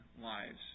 lives